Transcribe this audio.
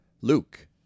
Luke